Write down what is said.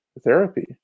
therapy